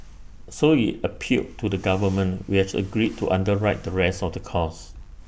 so IT appealed to the government which has agreed to underwrite the rest of the cost